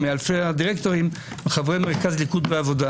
מאלפי הדירקטורים הם חברי מרכז ליכוד ועבודה.